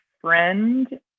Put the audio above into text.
friend